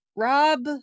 Rob